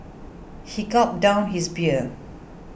he gulped down his beer